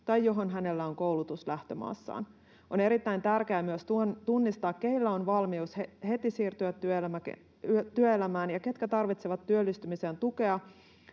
tai johon hänellä on koulutus lähtömaastaan. On erittäin tärkeää myös tunnistaa, keillä on valmius heti siirtyä työelämään ja ketkä tarvitsevat työllistymiseen tukea